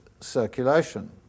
circulation